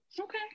Okay